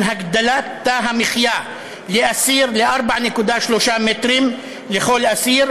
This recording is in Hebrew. הגדלת תא המחיה לאסיר ל-4.3 מטרים לכל אסיר,